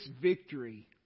victory